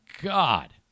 god